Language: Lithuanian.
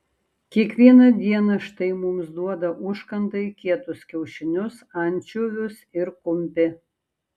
kiekvieną dieną štai mums duoda užkandai kietus kiaušinius ančiuvius ir kumpį